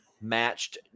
matched